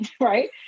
right